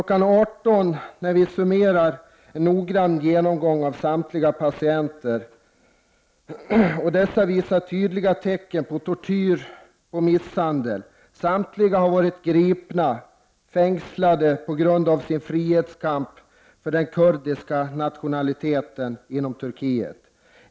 18.00 kan vi summera en noggrann genomgång av samtliga patienter. Det visar sig att alla har tydliga tecken på tortyr/misshandel och samtliga har varit gripna, fängslade, på grund av sin frihetskamp för den kurdiska nationaliteten inom Turkiet.